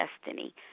destiny